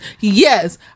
Yes